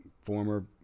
former